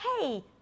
hey